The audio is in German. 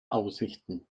aussichten